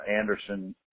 Anderson